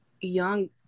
young